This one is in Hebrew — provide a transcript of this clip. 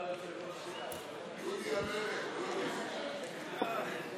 אני מודה לך.